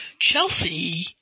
Chelsea